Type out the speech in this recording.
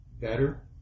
better